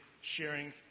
sharing